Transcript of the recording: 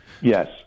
yes